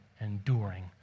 enduring